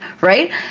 right